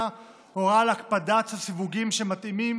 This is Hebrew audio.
הורה על הקפדה על הסיווגים המתאימים